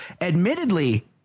admittedly